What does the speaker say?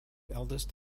eldest